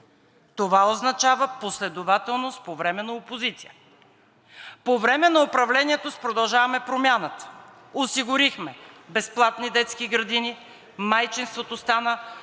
Това означава последователност по време на опозиция. По време на управлението с „Продължаваме Промяната“ осигурихме: безплатни детски градини, майчинството се